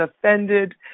offended